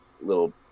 little